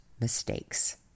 mistakes